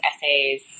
essays